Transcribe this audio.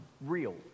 real